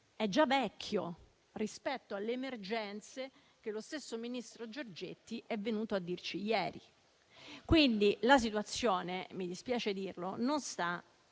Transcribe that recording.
è già vecchio rispetto alle emergenze che lo stesso ministro Giorgetti è venuto a illustrarci ieri. Quindi, la situazione - mi dispiace dirlo - non sta